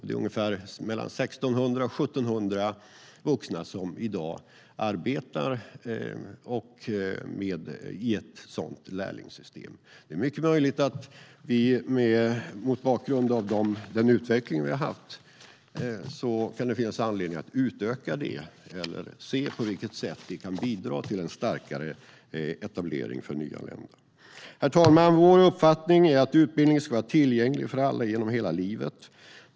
Det är i dag mellan 1 600 och 1 700 vuxna som arbetar i ett sådant lärlingssystem. Det är mycket möjligt att det mot bakgrund av den utveckling vi har haft kan finnas anledning att utöka det eller se på vilket sätt det kan bidra till en starkare etablering för nyanlända. Herr talman! Vår uppfattning är att utbildning ska vara tillgänglig för alla genom hela livet.